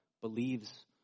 believes